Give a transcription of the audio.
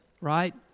right